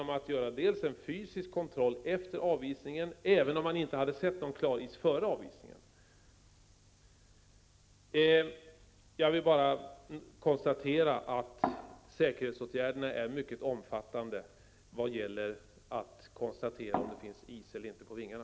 Man gör en fysisk kontroll efter avisningen, även om man inte har sett någon klaris före avisningen. Jag kan bara konstatera att säkerhetsåtgärderna är mycket omfattande när det gäller att kontrollera om det finns is eller inte på vingarna.